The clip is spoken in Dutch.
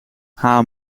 haar